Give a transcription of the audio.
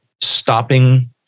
stopping